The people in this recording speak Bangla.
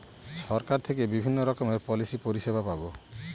সরকার থেকে বিভিন্ন রকমের পলিসি পরিষেবা পাবো